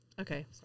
Okay